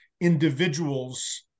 individuals